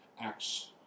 Acts